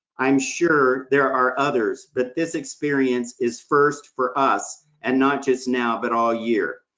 i'm sure there are others, but this experience is first for us, and not just now but all year.